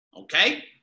okay